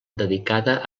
dedicada